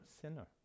sinner